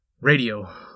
Radio